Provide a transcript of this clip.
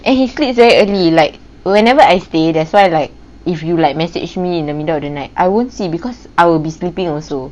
and he sleeps very early like whenever I stay that's why like if you like message me in the middle of the night I won't see because I will be sleeping also